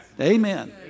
Amen